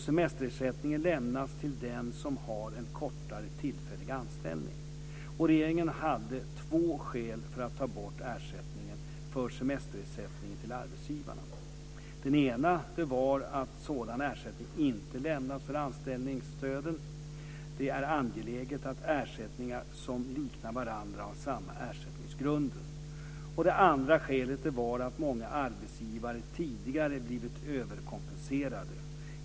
Semesterersättning lämnas till den som har en kortare, tillfällig anställning. Regeringen hade två skäl för att ta bort ersättningen för semesterersättningen till arbetsgivarna. Det ena var att sådan ersättning inte lämnas för anställningsstöden. Det är angeläget att ersättningar som liknar varandra har samma ersättningsgrunder. Det andra skälet var att många arbetsgivare tidigare blivit överkompenserade.